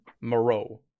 Moreau